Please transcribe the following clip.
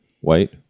white